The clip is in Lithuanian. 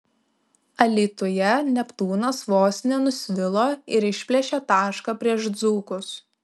alytuje neptūnas vos nenusvilo ir išplėšė tašką prieš dzūkus